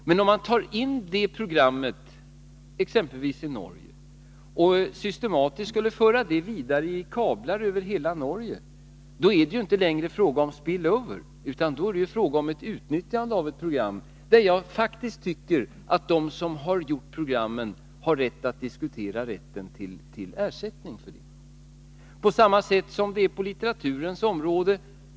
Men om man tar in det programmet exempelvis i Norge och systematiskt för det vidare i kablar över hela Norge, är det inte längre fråga om ”spill over” utan om ett utnyttjande av ett program, och då tycker jag faktiskt att de som har gjort programmet kan kräva att få diskutera rätten till ersättning för det. På samma sätt är det på litteraturens område.